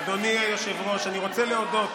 אדוני היושב-ראש, אני רוצה להודות